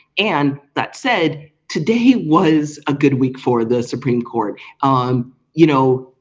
and that said today was a good week for the supreme court um you know,